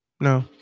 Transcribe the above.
no